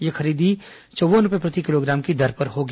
यह खरीदी चौव्वन रूपए प्रति किलोग्राम की दर पर होगी